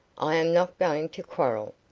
i am not going to quarrel.